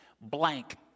blank